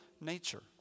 nature